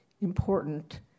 important